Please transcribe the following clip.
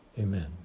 Amen